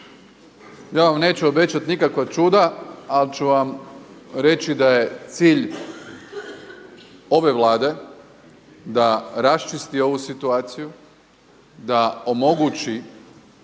Ja vam neću obećati nikakva čuda, ali ću vam reći da je cilj ove Vlade da raščisti ovu situaciju, da omogući